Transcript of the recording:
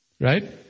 Right